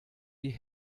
die